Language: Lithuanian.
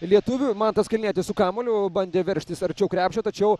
lietuvių mantas kalnietis su kamuoliu bandė veržtis arčiau krepšio tačiau